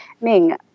Ming